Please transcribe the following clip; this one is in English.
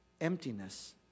Emptiness